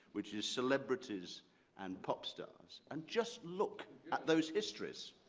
which is celebrities and pop stars. and just look at those histories.